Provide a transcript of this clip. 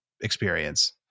experience